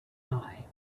eye